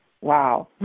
wow